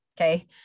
Okay